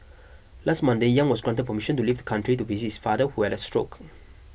last Monday Yang was granted permission to leave the country to visit his father who had a stroke